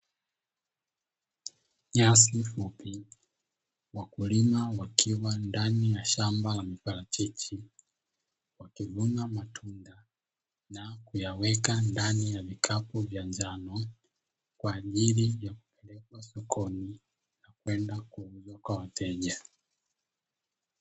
Nyasi fupi. Wakulima wakiwa ndani ya shamba la miparachichi, wakivuna matunda na kuyaweka ndani ya vikapu vya njano kwa ajili ya kupeleka sokoni, na kwenda kuuzwa kwa wateja.